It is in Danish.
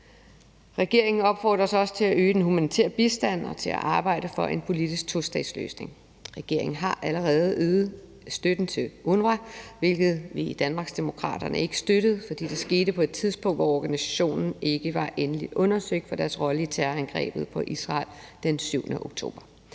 Regeringen opfordres også til at øge den humanitære bistand og til at arbejde for en politisk tostatsløsning. Regeringen har allerede øget støtten til UNRWA, hvilket vi i Danmarksdemokraterne ikke støttede, fordi det skete på et tidspunkt, hvor organisationen ikke var endeligt undersøgt for deres rolle i terrorangrebet på Israel den 7. oktober.